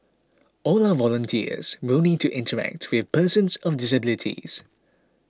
all our volunteers will need to interact with persons of disabilities